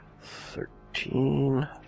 Thirteen